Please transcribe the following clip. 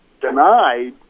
denied